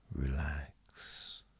relax